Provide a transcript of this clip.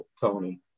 Tony